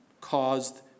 caused